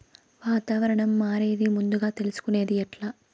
వాతావరణం మారేది ముందుగా తెలుసుకొనేది ఎట్లా?